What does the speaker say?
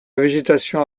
végétation